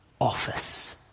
office